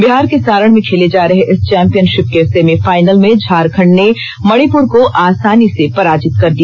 बिहार के सारण में खेले जा रहे इस चैंपियनशिप के सेमीफाइनल में झारखंड ने मणिपूर को आसानी से पराजित कर दिया